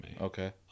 Okay